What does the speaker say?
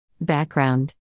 Background